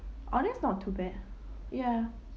oh that's not too bad ya